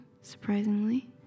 surprisingly